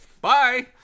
Bye